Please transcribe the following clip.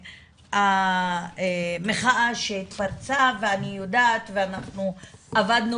המחאה שהתפרצה ואני יודעת ואנחנו עבדנו